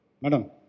Madam